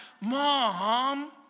mom